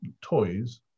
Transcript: toys